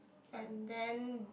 and then